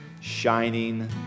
shining